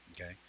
okay